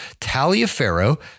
Taliaferro